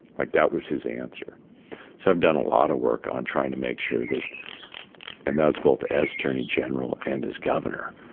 like, that was his answer so i've done a lot of work on trying to make sure that and that was both as attorney general and as governor